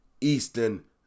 Eastern